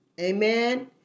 Amen